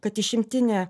kad išimtine